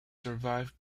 survived